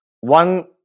one